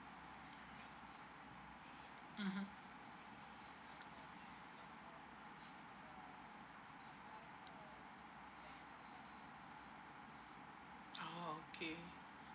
mmhmm ah okay